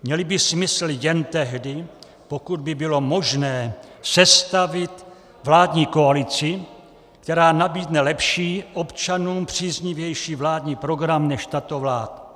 Měly by smysl jen tehdy, pokud by bylo možné sestavit vládní koalici, která nabídne lepší, občanům příznivější vládní program než tato vláda.